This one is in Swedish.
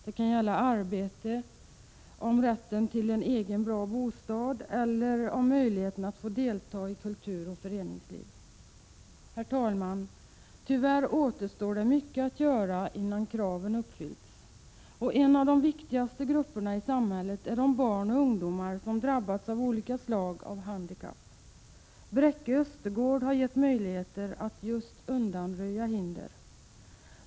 Det kan gälla arbete, rätten till en egen bra bostad eller möjlighet att delta i kulturoch föreningsliv. Herr talman! Tyvärr återstår det mycket att göra innan kraven uppfyllts. En av de viktigaste grupperna i samhället är de barn och ungdomar som drabbats av olika slag av handikapp. Bräcke Östergård har gett möjligheter att just undanröja hinder.